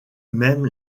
même